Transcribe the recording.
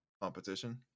competition